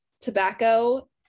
tobacco